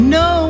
no